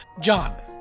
John